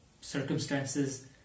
circumstances